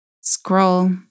scroll